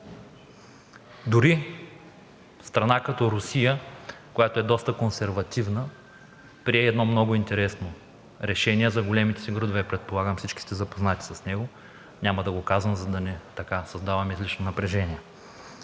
Дори страна като Русия, която е доста консервативна, прие едно много интересно решение за големите си градове. Предполагам, всички сте запознати с него, няма да го казвам, за да не създавам излишно напрежение.